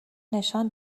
نشان